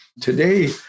Today